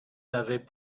n’avait